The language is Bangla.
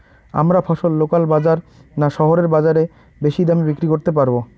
আমরা ফসল লোকাল বাজার না শহরের বাজারে বেশি দামে বিক্রি করতে পারবো?